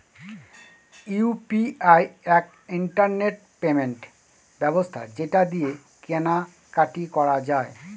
UPI এক internet payment ব্যবস্থা যেটা দিয়ে কেনা কাটি করা যায়